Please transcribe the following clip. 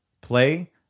Play